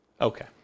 Okay